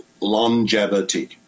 longevity